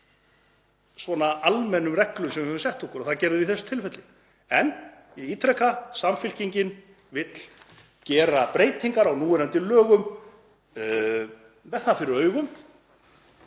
svona almennum reglum sem við höfum sett okkur, og það gerðum við í þessu tilfelli. En ég ítreka: Samfylkingin vill gera breytingar á núverandi lögum með það fyrir augum